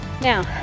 now